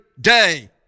day